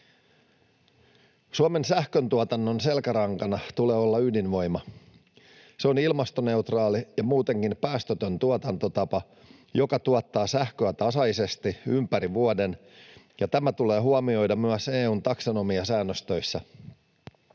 Suomen sähköntuotannon selkärankana tulee olla ydinvoima. Se on ilmastoneutraali ja muutenkin päästötön tuotantotapa, joka tuottaa sähköä tasaisesti ympäri vuoden, ja tämä tulee huomioida myös EU:n taksonomiasäännöstöissä.